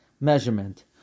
measurement